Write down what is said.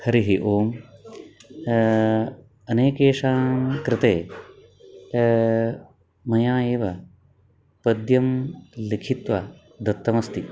हरिः ओम् अनेकेषां कृते मया एव पद्यं लिखित्वा दत्तमस्ति